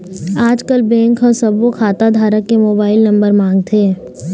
आजकल बेंक ह सब्बो खाता धारक के मोबाईल नंबर मांगथे